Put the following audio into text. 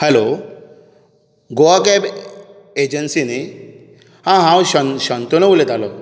hello Goa cab agency न्ही हा हांव शान शांतनू उलयतालों